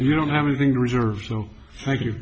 you don't have anything reserved thank you